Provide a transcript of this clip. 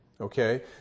Okay